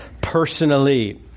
personally